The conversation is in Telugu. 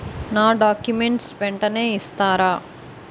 నా డాక్యుమెంట్స్ వెంటనే ఇస్తారా?